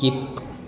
skip